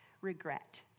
Regret